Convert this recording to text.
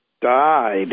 died